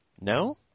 No